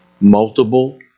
multiple